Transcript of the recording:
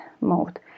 mode